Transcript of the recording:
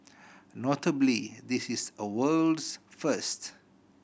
notably this is a world's first